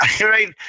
right